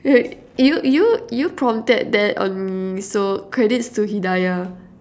you you you prompted that on so credits to hidaya